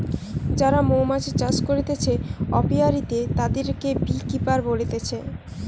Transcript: যারা মৌমাছি চাষ করতিছে অপিয়ারীতে, তাদিরকে বী কিপার বলতিছে